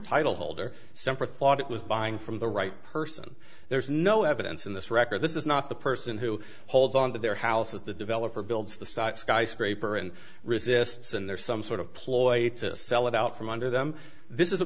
titleholder sempra thought it was buying from the right person there's no evidence in this record this is not the person who holds on to their house at the developer builds the site skyscraper and resists and there's some sort of ploy to sell it out from under them this is a